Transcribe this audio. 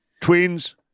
Twins